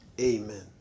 Amen